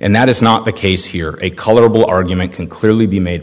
and that is not the case here a colorable argument can clearly be made